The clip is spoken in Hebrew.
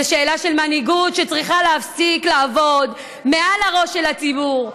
זו שאלה של מנהיגות שצריכה להפסיק לעבוד מעל הראש של הציבור.